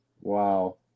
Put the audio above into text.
wow